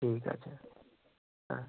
ঠিক আছে হ্যাঁ